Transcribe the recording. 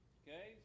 okay